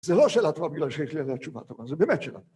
זה לא שאלה טובה בגלל שיש לי עליה תשובה, אבל זה באמת שאלה טובה.